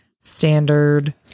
standard